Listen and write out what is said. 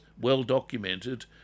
well-documented